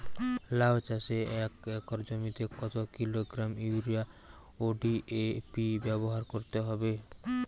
লাউ চাষে এক একর জমিতে কত কিলোগ্রাম ইউরিয়া ও ডি.এ.পি ব্যবহার করতে হবে?